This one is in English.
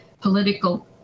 political